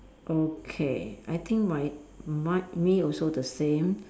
okay I think my my me also the same